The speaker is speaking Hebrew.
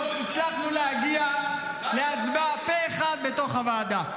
הצלחנו להגיע להצבעה פה אחד בתוך הוועדה.